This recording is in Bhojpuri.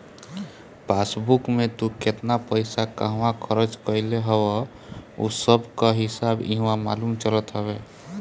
पासबुक में तू केतना पईसा कहवा खरच कईले हव उ सबकअ हिसाब इहवा मालूम चलत हवे